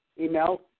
email